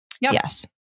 Yes